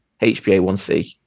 HbA1c